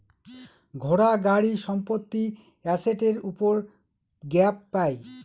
ঘোড়া, গাড়ি, সম্পত্তি এসেটের উপর গ্যাপ পাই